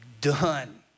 done